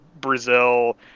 brazil